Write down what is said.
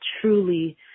truly